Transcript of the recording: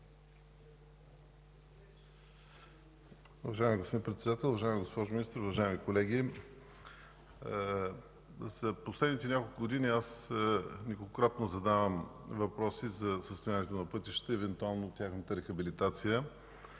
Уважаеми господин Председател, уважаема госпожо Министър, уважаеми колеги! През последните няколко години аз неколкократно задавам въпроси за състоянието на пътищата и евентуално тяхната рехабилитация.